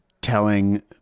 telling